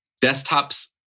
desktops